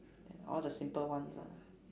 all the simple ones lah